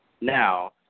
now